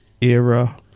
era